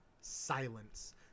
silence